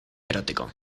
erótico